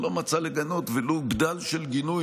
הוא לא מצא לנכון לגנות ולו בדל של גינוי,